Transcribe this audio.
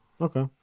okay